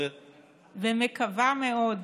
מקווה מאוד